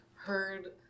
heard